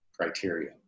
criteria